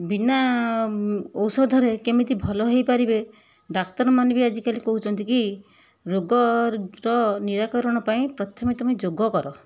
ବିନା ଔଷଧରେ କେମିତି ଭଲ ହେଇ ପାରିବେ ଡାକ୍ତରମାନେ ବି ଆଜିକାଲି କହୁଛନ୍ତି କି ରୋଗର ନିରାକରଣ ପାଇଁ ପ୍ରଥମେ ତୁମେ ଯୋଗ କର